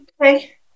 Okay